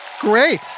Great